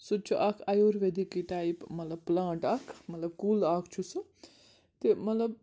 سُہ تہِ چھُ اَکھ اَیُرویٚدِکُے ٹایپ مطلب پٕلانٛٹ اَکھ مطلب کُل اَکھ چھُ سُہ تہِ مطلب